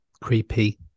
creepy